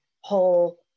whole